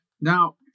now